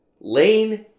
Lane